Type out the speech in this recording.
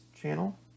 channel